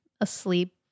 asleep